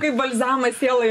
kaip balzamas sielai